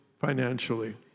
financially